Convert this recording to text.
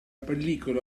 pellicola